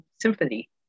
Symphony